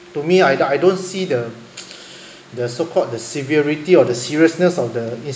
to me I don't I don't see the the so called the severity or the seriousness of the